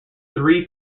three